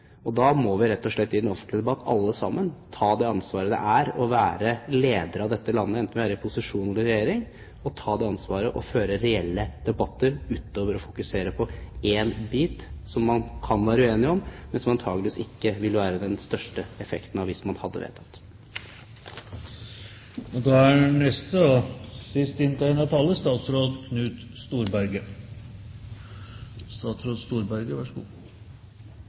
Da må vi rett og slett i den offentlige debatt – alle sammen – ta det ansvaret det er å være leder av dette landet, enten man er i opposisjon eller i regjering, og føre reelle debatter utover det å fokusere på én bit som man kan være uenig om, og som antakelig ikke ville hatt den største effekten hvis man hadde vedtatt.